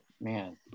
man